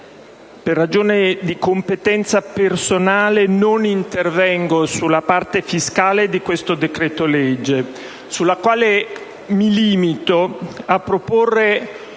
per ragione di competenza personale non intervengo sulla parte fiscale di questo decreto-legge, sulla quale mi limito a proporre